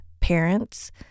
parents